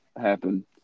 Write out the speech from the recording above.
happen